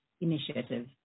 initiative